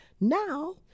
Now